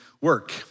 work